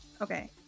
okay